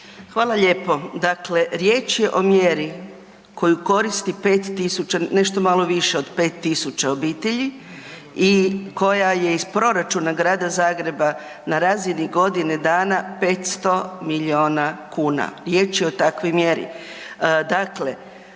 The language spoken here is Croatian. Hvala lijepo. Dakle, riječ je o mjeri koju koristi pet tisuća, nešto malo više od pet tisuća obitelji i koja je iz proračuna Grada Zagreba na razini godine dana 500 milijuna kuna, riječ je o takvoj mjeri.